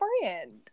friend